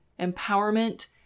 empowerment